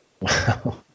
Wow